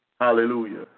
Hallelujah